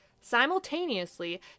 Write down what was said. Simultaneously